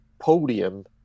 podium